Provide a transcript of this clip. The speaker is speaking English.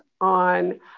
on